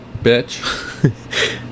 bitch